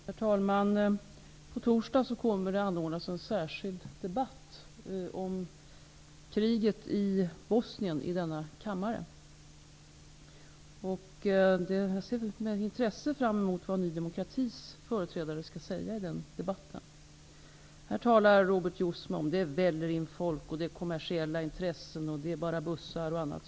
Herr talman! På torsdag kommer en särskild debatt om kriget i Bosnien att anordnas i denna kammare. Jag ser med intresse fram emot vad Ny demokratis företrädare skall säga i den debatten. Robert Jousma talar om att det väller in folk, att det handlar om kommersiella intressen, att man använder bussar och annat.